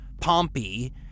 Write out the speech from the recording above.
Pompey